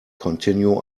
continue